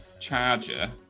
charger